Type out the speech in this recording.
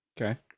Okay